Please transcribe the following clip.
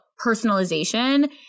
personalization